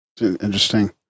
Interesting